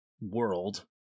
world